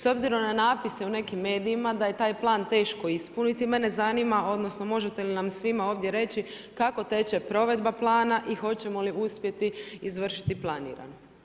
S obzirom na natpise u nekim medijima da je taj plan teško ispunit, mene zanima, odnosno, možete li nam svima ovdje reći kako teče provedba plana i hoćemo li uspjeti izvršiti planirano?